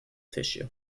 tissue